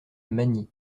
masny